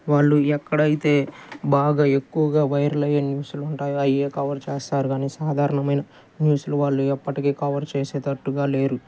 వాళ్ళు ఎక్కడైతే బాగా ఎక్కువగా వైరల్ అయ్యే న్యూస్లు ఉంటాయో అవ్వే కవర్ చేస్తారు కానీ సాధారణమైన న్యూస్లు వాళ్ళు ఎప్పటికీ కవర్ చేసేటట్టుగా లేరు